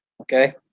okay